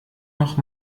noch